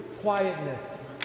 quietness